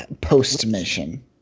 post-mission